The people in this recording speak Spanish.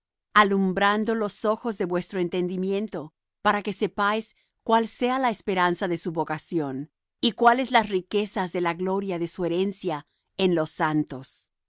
alumbrando los ojos de vuestro entendimiento para que sepáis cuál sea la esperanza de su vocación y cuáles las riquezas de la gloria de su herencia en los santos y